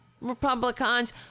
Republicans